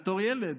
בתור ילד.